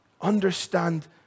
understand